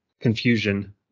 confusion